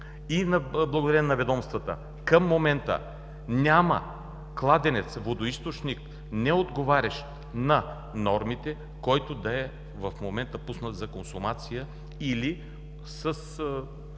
и благодарение на ведомствата към момента няма кладенец, водоизточник, неотговарящ на нормите, който в момента да е пуснат за консумация или със